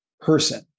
person